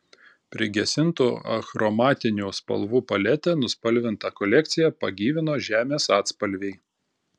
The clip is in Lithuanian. prigesintų achromatinių spalvų palete nuspalvintą kolekciją pagyvino žemės atspalviai